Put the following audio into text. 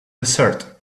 desert